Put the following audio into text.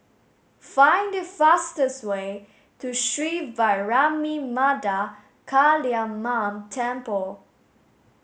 find the fastest way to Sri Vairavimada Kaliamman Temple